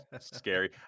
scary